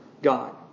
God